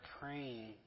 praying